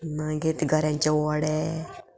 मागीर घऱ्यांचे वडे